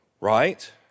right